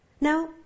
Now